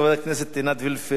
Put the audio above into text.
חברת הכנסת עינת וילף,